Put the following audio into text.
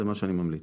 זה מה שאני ממליץ.